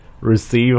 receive